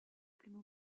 primo